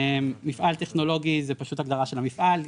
מפעל טכנולוגי זה פשוט הגדרה של המפעל,